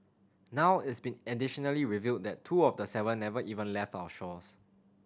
now it's been additionally revealed that two of the seven never even left our shores